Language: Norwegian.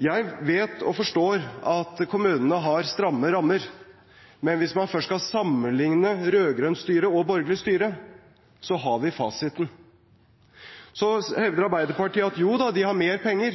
Jeg vet og forstår at kommunene har stramme rammer, men hvis man først skal sammenligne rød-grønt styre og borgerlig styre, har vi fasiten. Så hevder Arbeiderpartiet at joda, de har mer penger.